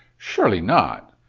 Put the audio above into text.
surely not.